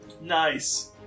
Nice